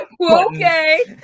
Okay